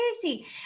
Crazy